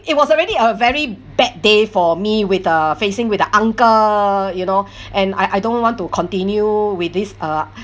it was already a very bad day for me with uh facing with the uncle you know and I I don't want to continue with this uh